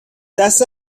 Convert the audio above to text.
دست